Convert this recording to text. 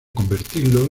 convertirlo